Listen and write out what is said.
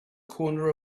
corner